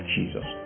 Jesus